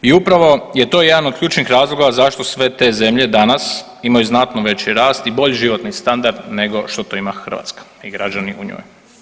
I upravo je to jedan od ključnih razloga zašto sve te zemlje danas imaju znatno veći rast i bolji životni standard nego što to ima Hrvatska i građani u njoj.